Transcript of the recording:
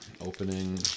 Opening